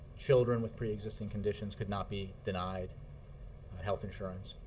children with preexisting conditions could not be denied health insurance.